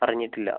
പറഞ്ഞിട്ടില്ല